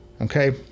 Okay